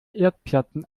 erdplatten